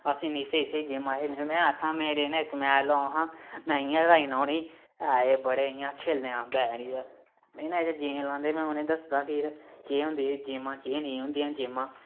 अस इन्नी स्हेई स्हेई गेमां खेलने होन्ने में आखां मेरै ने इक मैच लोआओ हां में इ'यां र्हाई ओड़ना उ'नेंगी ऐ एह् बड़े इ'यां खेलना औंदा ऐ नी ते मेरे ने अगर गेम लांदे ते में उ'नें दसदा फिर केह् होंदियां गेमां केह् नेईं होंदियां गेमां